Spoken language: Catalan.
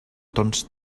tons